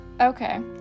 Okay